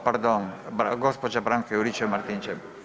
O pardon, gospođa Branka Juričev Martinčev.